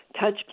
Touch